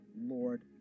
Lord